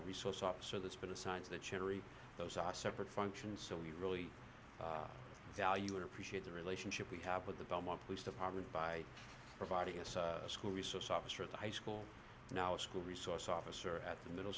a resource officer that's been assigned to the cherry those are separate functions so we really value and appreciate the relationship we have with the belmont police department by providing us a school resource officer at the high school now a school resource officer at the middle